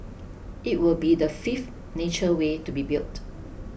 it will be the fifth nature way to be built